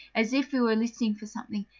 as if he were listening for something,